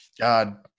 God